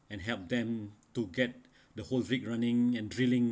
and help them to get the whole rig running and drilling